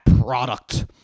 product